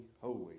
holy